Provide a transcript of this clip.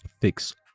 fix